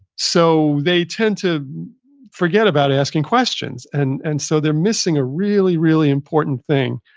so they tend to forget about asking questions and and so they're missing a really, really important thing,